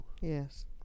Yes